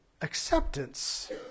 acceptance